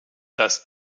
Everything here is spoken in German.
dass